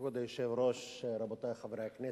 כבוד היושב-ראש, רבותי חברי הכנסת,